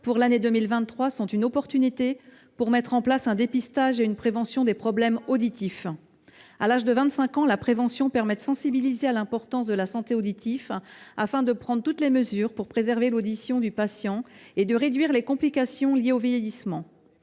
pour l’année 2023, sont l’occasion de mettre en place un dépistage et une prévention des problèmes auditifs. À l’âge de 25 ans, la prévention permet de sensibiliser à l’importance de la santé auditive, afin de prendre toutes les mesures pour préserver l’audition du patient et de réduire les complications liées au vieillissement.